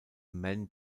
man